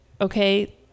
okay